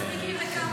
טרור".